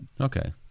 okay